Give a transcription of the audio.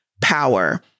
power